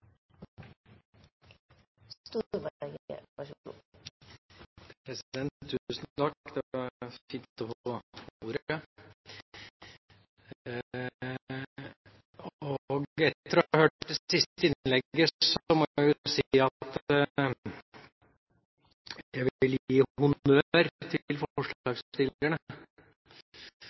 President! Tusen takk. Det var fint å få ordet. Etter å ha hørt det siste innlegget må jeg jo si at jeg vil gi honnør til